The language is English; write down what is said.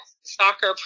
soccer